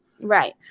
Right